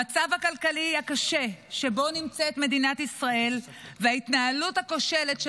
המצב הכלכלי הקשה שבו נמצאת מדינת ישראל וההתנהלות הכושלת של